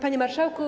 Panie Marszałku!